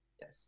Yes